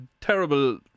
terrible